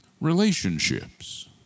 relationships